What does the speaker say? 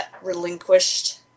relinquished